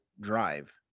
drive